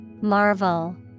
Marvel